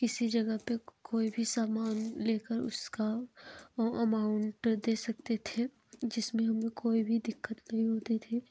किसी जगह पे कोई भी सामान लेकर उसका अमाउंट दे सकते थे जिसमें हमें कोई भी दिक्कत नहीं होती थी